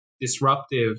disruptive